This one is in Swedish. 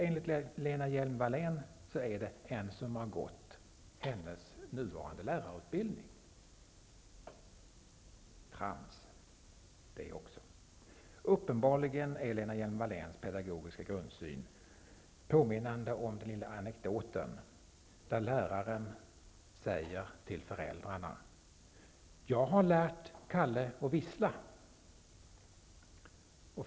Enligt Lena Hjelm-Wallén är det den som har gått den nuvarande lärarutbildningen. Det är också trams. Lena Hjelm-Walléns pedagogiska grundsyn påminner om den lilla anekdoten i vilken läraren säger till föräldrarna: Jag har lärt Kalle att vissla.